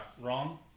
Wrong